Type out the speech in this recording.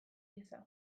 gisa